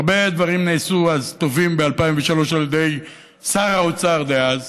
הרבה דברים טובים נעשו ב-2003 על ידי שר האוצר דאז,